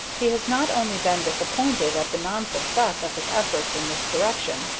he has not only been disappointed at the non-success of his efforts in this direction,